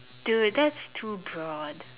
dude does too broad